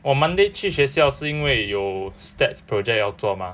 我 monday 去学校是因为有 stats project 要做 mah